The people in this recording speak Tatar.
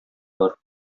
бар